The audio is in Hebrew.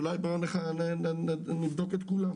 אולי נבדוק את כולם.